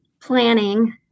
planning